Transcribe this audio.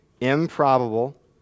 improbable